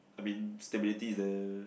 I mean stability is there